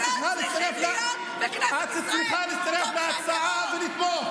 את צריכה להצטרף להצעה ולתמוך.